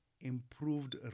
improved